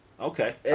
okay